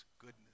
goodness